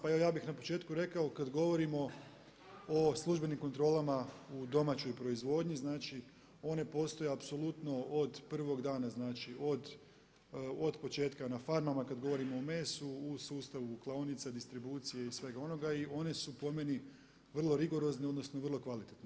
Pa evo ja bih na početku rekao kad govorimo o službenim kontrolama u domaćoj proizvodnji, znači one postoje apsolutno od prvog dana od početka na farmama kad govorimo o mesu, u sustavu klaonica, distribucije i svega onoga i one su po meni vrlo rigorozne odnosno vrlo kvalitetne.